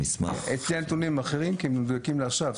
אצלי הנתונים אחרים, כי הם מדויקים לעכשיו.